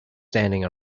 standing